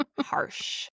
harsh